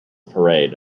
parade